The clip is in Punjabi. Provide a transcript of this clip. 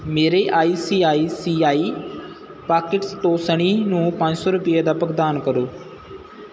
ਮੇਰੇ ਆਈ ਸੀ ਆਈ ਸੀ ਆਈ ਪਾਕਿਟਸ ਤੋਂ ਸਨੀ ਨੂੰ ਪੰਜ ਸੌ ਰੁਪਈਏ ਦਾ ਭੁਗਤਾਨ ਕਰੋ